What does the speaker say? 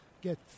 get